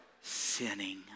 sinning